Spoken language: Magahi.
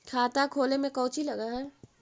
खाता खोले में कौचि लग है?